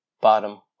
Bottom